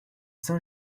saint